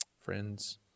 Friends